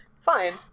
Fine